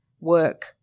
Work